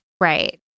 right